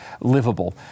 livable